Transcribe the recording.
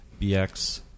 bx